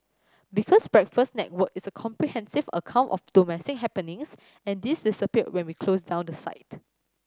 because Breakfast Network is a comprehensive account of domestic happenings and this disappeared when we closed down the site